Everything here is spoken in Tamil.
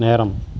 நேரம்